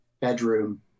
bedroom